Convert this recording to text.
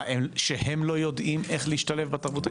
מה, שהם לא יודעים איך להשתלב בתרבות?